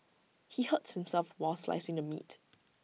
he hurt himself while slicing the meat